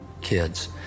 kids